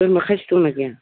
बोरमा खासि दंना गैया